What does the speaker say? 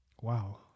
Wow